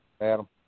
Adam